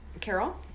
Carol